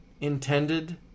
intended